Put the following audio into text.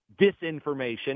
disinformation